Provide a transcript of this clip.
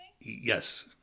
Yes